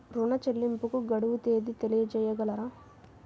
ఋణ చెల్లింపుకు గడువు తేదీ తెలియచేయగలరా?